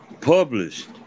Published